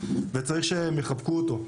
וצריך שהם יחבקו אותו,